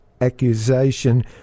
accusation